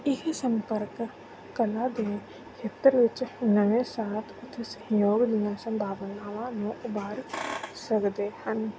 ਇਹ ਸੰਪਰਕ ਕਲਾ ਦੇ ਖੇਤਰ ਵਿੱਚ ਨਵੇਂ ਸਾਥ ਅਤੇ ਸਹਿਯੋਗ ਦੀਆਂ ਸੰਭਾਵਨਾਵਾਂ ਨੂੰ ਉਭਾਰ ਸਕਦੇ ਹਨ